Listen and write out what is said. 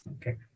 Okay